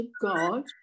God